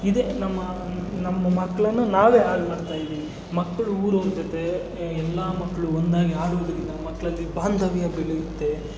ಇದೆ ನಮ್ಮ ನಮ್ಮ ಮಕ್ಕಳನ್ನ ನಾವೇ ಹಾಳು ಮಾಡ್ತಾಯಿದ್ದೀವಿ ಮಕ್ಕಳು ಊರವರ ಜೊತೆ ಎಲ್ಲ ಮಕ್ಕಳು ಒಂದಾಗಿ ಆಡುವುದರಿಂದ ಮಕ್ಕಳಲ್ಲಿ ಬಾಂಧವ್ಯ ಬೆಳೆಯುತ್ತೆ